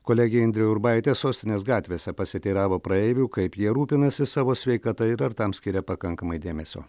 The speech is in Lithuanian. kolegė indrė urbaitė sostinės gatvėse pasiteiravo praeivių kaip jie rūpinasi savo sveikata ir ar tam skiria pakankamai dėmesio